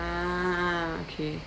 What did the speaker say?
ah okay